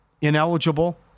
ineligible